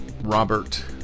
robert